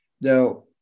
Now